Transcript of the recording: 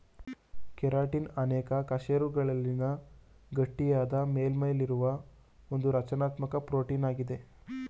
keratin ಅನೇಕ ಕಶೇರುಕಗಳಲ್ಲಿನ ಗಟ್ಟಿಯಾದ ಮೇಲ್ಮೈಯಲ್ಲಿರುವ ಒಂದುರಚನಾತ್ಮಕ ಪ್ರೋಟೀನಾಗಿದೆ